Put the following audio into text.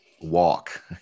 walk